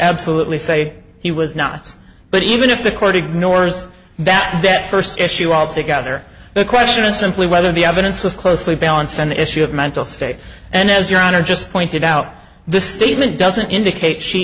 absolutely say he was not but even if the court ignores that that first issue altogether the question is simply whether the evidence was closely balanced on the issue of mental state and as your honor just pointed out the statement doesn't indicate she